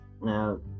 Now